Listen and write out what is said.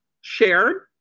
shared